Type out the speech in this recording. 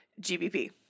GBP